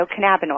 cannabinoids